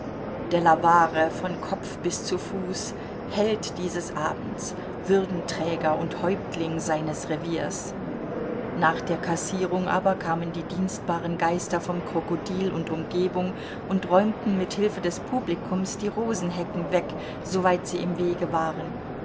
delaware von kopf bis zu fuß held dieses abends würdenträger und häuptling seines reviers nach der kassierung aber kamen die dienstbaren geister vom krokodil und umgebung und räumten mit hilfe des publikums die rosenhecken weg soweit sie im wege waren